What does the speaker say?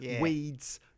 weeds